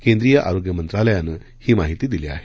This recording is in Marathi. केंद्रीय आरोग्य मंत्रालयानं ही माहिती दिली आहे